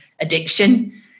addiction